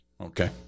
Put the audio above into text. Okay